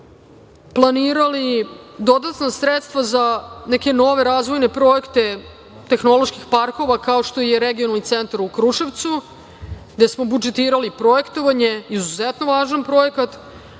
planirali dodatna sredstva za neke nove razvojne projekte tehnoloških parkova, kao što je Regionalni centar u Kruševcu, gde smo budžetirali projektovanje, izuzetno važan projekat